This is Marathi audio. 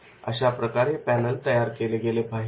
तर अशाप्रकारे हे पॅनल तयार केले गेले पाहिजे